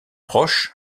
proche